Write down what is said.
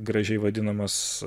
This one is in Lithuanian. gražiai vadinamas